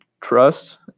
trust